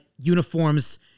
uniforms